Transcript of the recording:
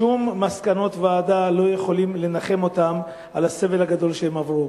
שום מסקנות לא יכולות לנחם אותם על הסבל הגדול שהם עברו.